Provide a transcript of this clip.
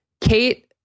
Kate